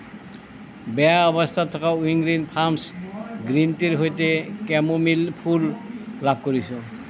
বেয়া অৱস্থাত থকা ৱিং গ্ৰীণ ফাৰ্মছ গ্ৰীণ টিৰ সৈতে কেমোমিল ফুল লাভ কৰিছোঁ